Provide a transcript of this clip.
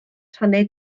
rhannau